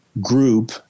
group